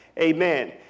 Amen